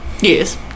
Yes